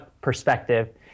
perspective